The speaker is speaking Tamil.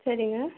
சரிங்க